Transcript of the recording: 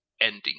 ending